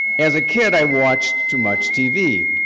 as a kid, i watched too much tv.